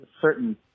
certain